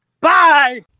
Bye